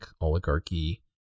oligarchy